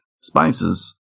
spices